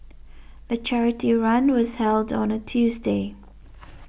the charity run was held on a Tuesday